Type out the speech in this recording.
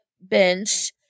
bench